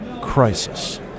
crisis